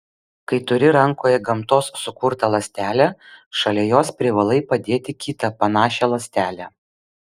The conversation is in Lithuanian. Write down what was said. kai turi rankoje gamtos sukurtą ląstelę šalia jos privalai padėti kitą panašią ląstelę